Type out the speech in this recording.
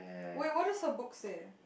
wait what does the book say